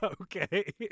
Okay